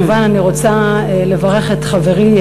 כמובן אני רוצה לברך את חברי,